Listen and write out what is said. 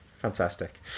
Fantastic